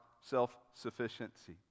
self-sufficiency